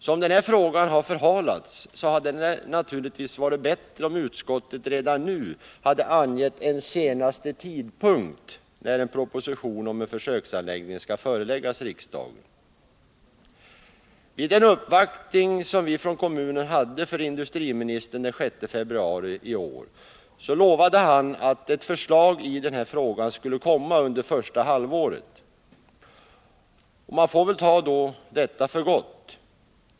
Som den här frågan har förhalats hade det naturligtvis varit bättre om utskottet redan nu angett en senaste tidpunkt när en proposition om en försöksanläggning skall föreläggas riksdagen. Vid en uppvaktning som vi från kommunen hade för industriministern den 6 februari i år lovade han att ett förslag i den här frågan skulle komma under första halvåret. Man får väl då ta detta för gott.